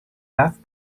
رفت